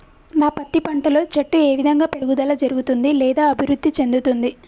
నా పత్తి పంట లో చెట్టు ఏ విధంగా పెరుగుదల జరుగుతుంది లేదా అభివృద్ధి చెందుతుంది?